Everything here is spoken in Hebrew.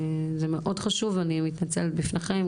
זה מאוד חשוב ואני מתנצלת בפניכם,